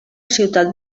ciutat